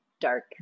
dark